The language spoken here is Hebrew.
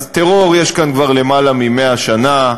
אז טרור יש כאן כבר למעלה מ-100 שנה,